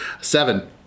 seven